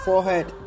Forehead